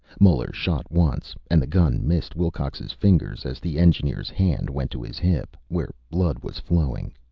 muller shot once, and the gun missed wilcox's fingers as the engineer's hand went to his hip, where blood was flowing.